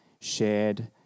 shared